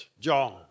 John